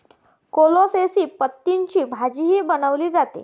कोलोसेसी पतींची भाजीही बनवली जाते